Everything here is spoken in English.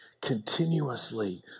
continuously